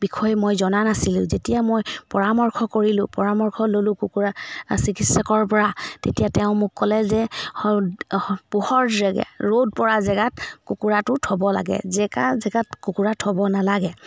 বিষয়ে মই জনা নাছিলোঁ যেতিয়া মই পৰামৰ্শ কৰিলো পৰামৰ্শ ল'লোঁ কুকুৰা চিকিৎসকৰ পৰা তেতিয়া তেওঁ মোক ক'লে যে পোহৰ জেগে ৰ'দ পৰা জেগাত কুকুৰাটো থ'ব লাগে জেকা জেগাত কুকুৰা থ'ব নালাগে